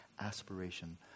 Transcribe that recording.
aspiration